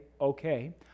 okay